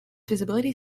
feasibility